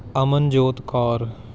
Amanjot Kaur